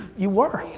you were.